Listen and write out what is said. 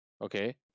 Okay